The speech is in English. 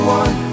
one